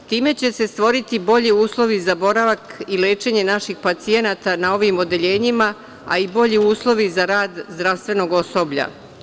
Time će se stvoriti bolji uslovi za boravak i lečenje naših pacijenata na ovim odeljenjima, a i bolji uslovi za rad zdravstvenog osoblja.